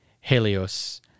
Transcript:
Helios